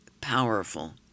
powerful